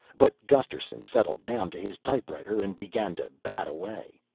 but gusterson settled down to his typewriter and began to bat away.